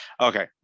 okay